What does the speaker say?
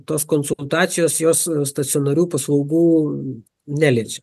tos konsultacijos jos stacionarių paslaugų neliečia